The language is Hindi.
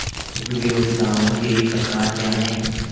उपयोगिताओं के प्रकार क्या हैं?